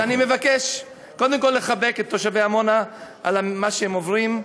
אז אני מבקש קודם כול לחבק את תושבי עמונה על מה שהם עוברים,